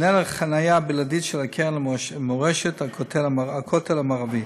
והיא איננה חניה בלעדית של הקרן למורשת הכותל המערבי.